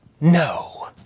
No